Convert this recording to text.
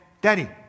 Daddy